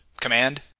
command